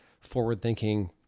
forward-thinking